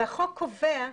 החוק קובע,